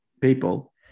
People